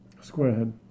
Squarehead